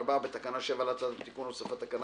(4) בתקנה 7 להצעת התיקון הוספת תקנה